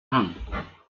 hang